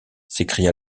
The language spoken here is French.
s’écria